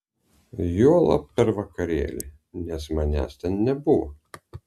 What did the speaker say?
juolab per vakarėlį nes manęs ten nebuvo